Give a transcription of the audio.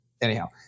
anyhow